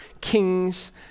Kings